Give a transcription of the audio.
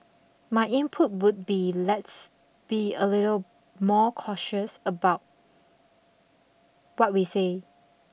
my input would be let's be a little more cautious about what we say